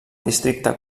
districte